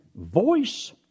voice